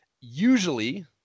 usually